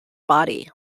body